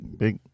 big